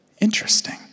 Interesting